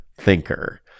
thinker